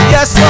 Yes